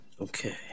Okay